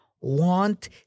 want